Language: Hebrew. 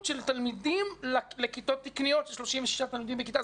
של תלמידים לכיתות תקניות של 36 תלמידים בכיתה.